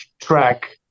track